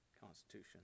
constitution